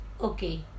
Okay